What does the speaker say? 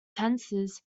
tenses